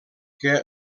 que